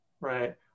right